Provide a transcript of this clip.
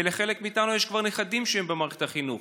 ולחלק מאיתנו יש כבר נכדים שהם במערכת החינוך.